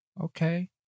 Okay